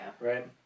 right